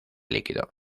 líquido